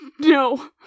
no